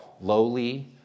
Lowly